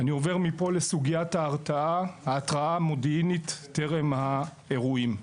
אני עובר לסוגיית ההתרעה המודיעינית טרם האירועים.